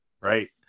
right